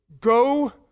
go